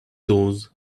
those